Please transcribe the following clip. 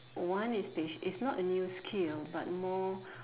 one is pash~ it's not a skill but more